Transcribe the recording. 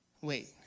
Wait